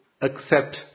accept